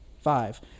Five